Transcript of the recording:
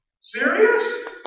Serious